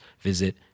visit